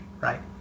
right